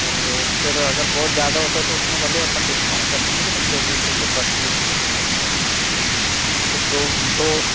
और वह फिर अगर बहुत ज़्यादा होता है तो उसमें भले आपन उसमें डिस्काउंट कर देंगे लेकिन चौंतीस रुपये पर किलोमीटर के हिसाब से रहेगा